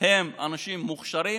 הם אנשים מוכשרים,